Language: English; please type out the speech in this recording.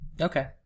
Okay